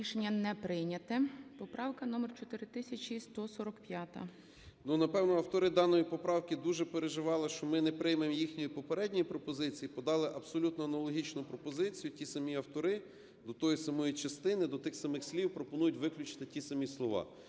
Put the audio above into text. Рішення не прийнято. Поправка номер 4145. 17:55:38 СИДОРОВИЧ Р.М. Ну, напевно, автори даної поправки дуже переживали, що ми не приймемо їхньої попередньої пропозиції, і подали абсолютно аналогічну пропозицію. Ті самі автори до тої самої частини, до тих самих слів, пропонують виключити ті самі слова.